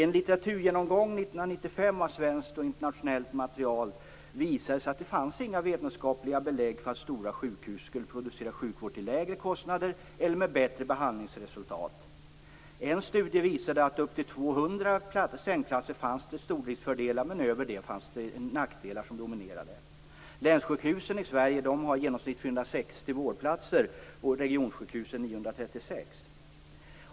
En litteraturgenomgång 1995 av svenskt och internationellt material visade att det inte fanns några vetenskapliga belägg för att stora sjukhus skulle producera sjukvård till lägre kostnader eller med bättre behandlingsresultat. En studie visade att upp till 200 sängplatser gav stordriftsfördelar, men över den gränsen fanns det nackdelar som dominerade. Länssjukhusen i Sverige har i genomsnitt 460 vårdplatser och regionsjukhusen 936.